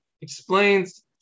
explains